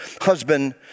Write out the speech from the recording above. husband